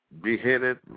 beheaded